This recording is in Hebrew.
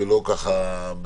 ולא ככה.